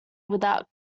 without